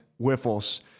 Wiffles